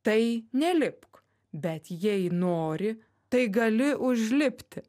tai nelipk bet jei nori tai gali užlipti